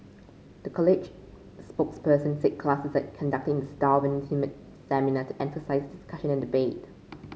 the college spokesperson said classes are conducted in the style of an intimate seminar to emphasise discussion and debate